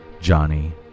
Johnny